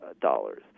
dollars